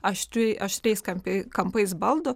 aštriai aštriais kemp kampais baldų